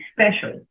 special